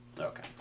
Okay